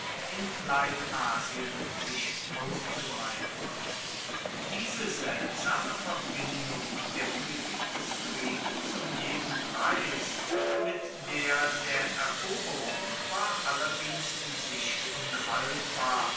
in kleinasien sich auszubreiten diese seltsame verbindung der politik des friedens um jeden preis mit der der eroberung war allerdings in sich unhaltbar